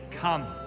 Come